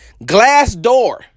Glassdoor